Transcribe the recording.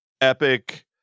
epic